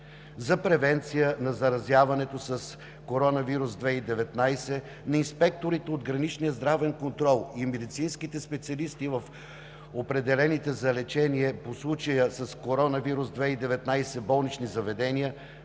За превенция на заразяването с коронавирус 2019 на инспекторите от Граничния здравен контрол и медицинските специалисти в определените за лечение по случая с коронавирус 2019 болнични заведения